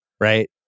right